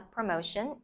Promotion